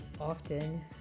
often